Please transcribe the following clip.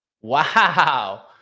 wow